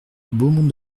beaumont